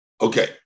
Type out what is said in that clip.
okay